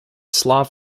slav